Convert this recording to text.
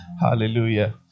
Hallelujah